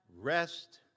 Rest